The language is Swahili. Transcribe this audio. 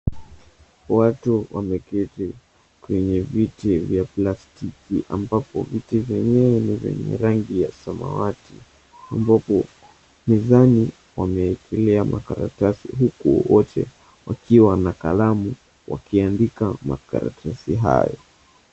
Watu wameketi kwenye viti vya plastiki ambapo viti vyenyewe ni venye rangi ya samawati, ambapo mezani wameekelea makaratasi huku wote wakiwa na kalamu wakiandika makaratsi hayo.